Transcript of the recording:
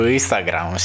Instagram